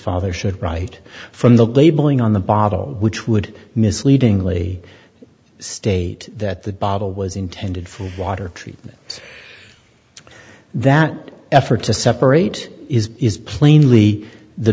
father should write from the labeling on the bottle which would misleadingly state that the bottle was intended for water treatment that effort to separate is plainly the